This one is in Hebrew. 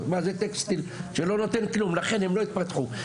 מה טקסטיל שלא נותן כלום לכן הם לא התפתחו.